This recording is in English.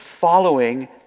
following